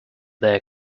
their